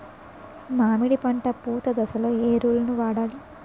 మామిడి పంట పూత దశలో ఏ ఎరువులను వాడాలి?